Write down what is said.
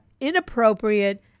inappropriate